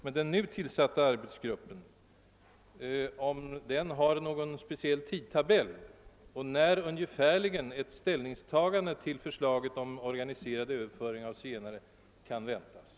Har den nya arbetsgruppen någon speciell tidtabell och när ungefärligen kan ett ställningstagande till förslaget om organiserad överföring av zigenare förväntas?